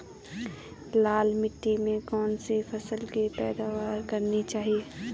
लाल मिट्टी में कौन सी फसल की पैदावार करनी चाहिए?